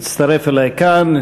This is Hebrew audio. יצטרף אלי כאן,